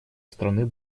страны